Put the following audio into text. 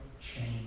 change